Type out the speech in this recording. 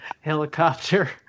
Helicopter